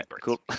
cool